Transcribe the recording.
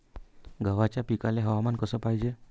गव्हाच्या पिकाले हवामान कस पायजे?